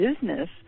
business